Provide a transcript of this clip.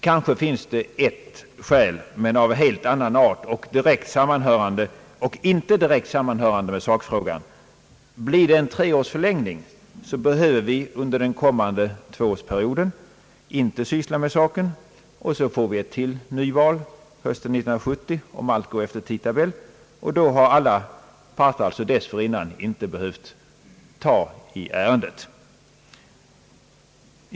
Kanske finns det ett skäl men av helt annan art och inte direkt sammanhörande med sakfrågan. Blir det en treårsförlängning, behöver vi inte under den kommande tvåårsperioden syssla med denna fråga. Vi får ett nyval hösten 1970 om allt går efter tidtabell, och då har alla parter dessförinnan inte behövt befatta sig med detta svåra ämne.